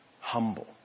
humble